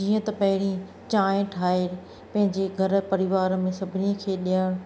जीअं त पहिरीं चांहि ठाहे पंहिंजे घरु परिवार में सभिनी खे ॾियणु